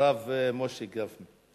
הרב משה גפני.